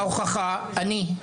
ההוכחה, אני.